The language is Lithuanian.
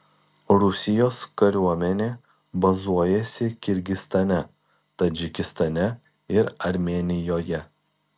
rusijos kariuomenė bazuojasi kirgizstane tadžikistane ir armėnijoje